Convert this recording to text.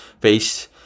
face